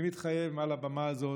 אני מתחייב מעל הבמה הזו